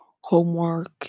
homework